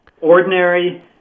ordinary